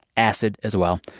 acid as well.